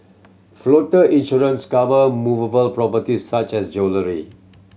floater insurance cover movable properties such as jewellery